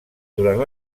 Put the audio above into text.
durant